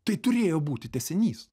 tai turėjo būti tęsinys